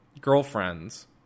girlfriends